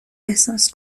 احساس